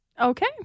okay